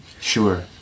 Sure